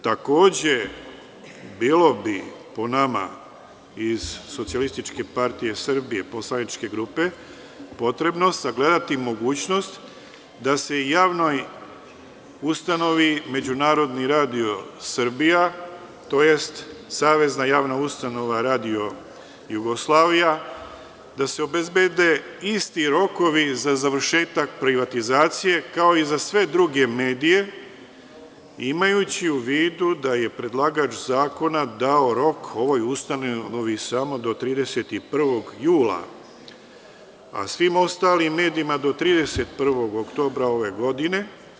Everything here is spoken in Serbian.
Takođe, bilo bi, po nama iz poslaničke grupe SPS, potrebno sagledati mogućnost da se i javnoj ustanovi Međunarodni radio Srbija, tj. Savezna javna ustanova Radio-Jugoslavija, da se obezbede isti rokovi za završetak privatizacije, kao i za sve druge medije, imajući u vidu da je predlagač zakona dao rok ovoj ustanovi samo do 31. jula, a svim ostalim medijima do 31. oktobra ove godine.